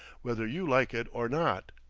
whether you like it or not.